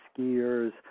skiers